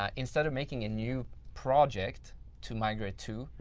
um instead of making a new project to migrate to,